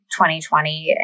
2020